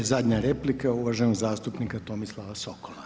I zadnja replika uvaženog zastupnika Tomislava Sokola.